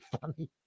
funny